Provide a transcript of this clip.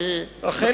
אכן כך.